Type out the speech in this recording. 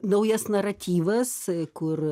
naujas naratyvas kur